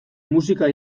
musika